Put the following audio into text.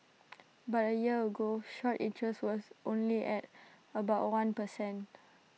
but A year ago short interest was only at about one per cent